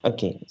Okay